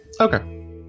Okay